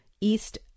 east